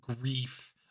grief